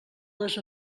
les